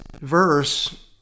verse